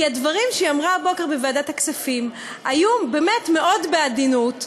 כי הדברים שהיא אמרה הבוקר בוועדת הכספים היו באמת מאוד בעדינות,